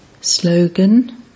Slogan